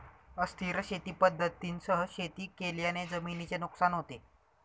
अस्थिर शेती पद्धतींसह शेती केल्याने जमिनीचे नुकसान होते